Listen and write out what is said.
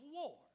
war